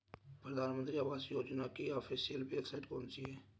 प्रधानमंत्री आवास योजना की ऑफिशियल वेबसाइट कौन सी है?